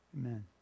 Amen